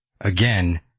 Again